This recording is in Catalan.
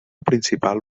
principal